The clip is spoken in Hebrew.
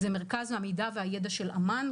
זה מרכז המידע והידע של אמ"ן,